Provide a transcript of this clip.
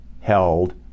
held